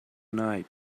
night